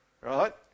right